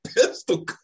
pistol